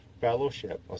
fellowship